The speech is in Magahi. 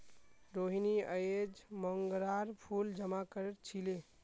रोहिनी अयेज मोंगरार फूल जमा कर छीले